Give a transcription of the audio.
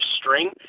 string